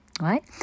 right